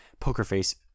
Pokerface